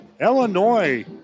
Illinois